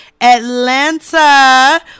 Atlanta